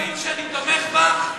יש דברים שאני תומך בך.